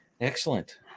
Excellent